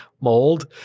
mold